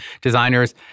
designers